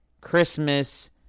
Christmas